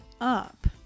up